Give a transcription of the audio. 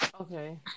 Okay